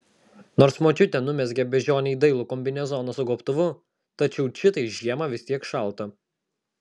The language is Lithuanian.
nors močiutė numezgė beždžionei dailų kombinezoną su gobtuvu tačiau čitai žiemą vis tiek šalta